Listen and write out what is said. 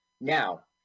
Now